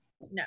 no